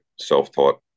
self-taught